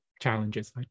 challenges